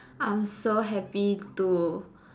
I'm so happy to